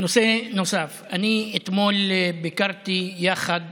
נושא נוסף, אני אתמול ביקרתי יחד